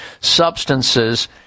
substances